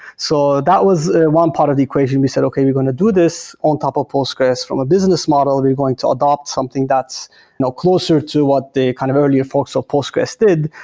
so, that was one part of the equation. we said, okay, we're going to do this on top of postgres from a business model. and we're going to adapt something that's closer to what the kind of earlier folks of postgres did,